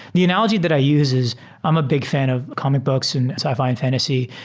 the analogy that i use is i'm a big fan of comic books and sci-fi and fantasy.